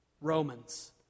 Romans